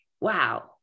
wow